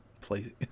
play